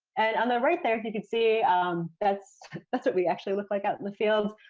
and on the right there, you can see um that's that's what we actually look like out in the fields.